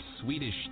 Swedish